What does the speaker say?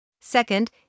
Second